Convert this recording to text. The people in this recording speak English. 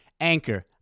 Anchor